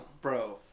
bro